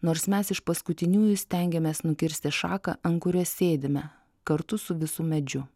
nors mes iš paskutiniųjų stengiamės nukirsti šaką ant kurios sėdime kartu su visu medžiu